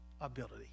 ability